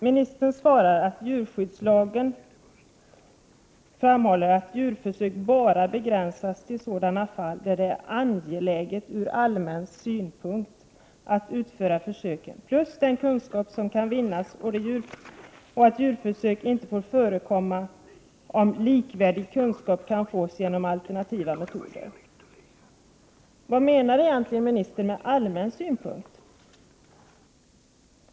Ministern svarar att i djurskyddslagen framhålls det att djurförsök bara begränsas till sådana fall där det är angeläget ur allmän synpunkt att utföra försöket. Man måste också beakta betydelsen av den kunskap som kan vinnas. Djurförsök får inte förekomma om likvärdig kunskap kan fås genom alternativa metoder. Vad menar ministern egentligen med ”allmän synpunkt”?